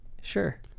Sure